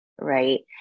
Right